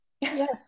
Yes